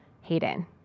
Hayden